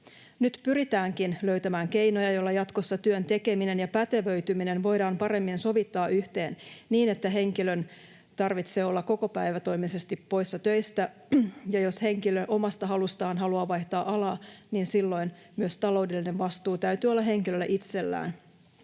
Nyt pyritäänkin löytämään keinoja, joilla jatkossa työn tekeminen ja pätevöityminen voidaan paremmin sovittaa yhteen niin, että henkilön ei tarvitse olla kokopäivätoimisesti poissa töistä, ja jos henkilö omasta halustaan haluaa vaihtaa alaa, niin silloin myös taloudellinen vastuu täytyy olla henkilöllä itsellään